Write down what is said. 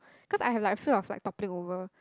cause I have like fear of like toppling over